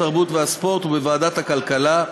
התרבות והספורט ובוועדת הכלכלה.